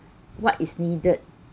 what is needed